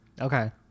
okay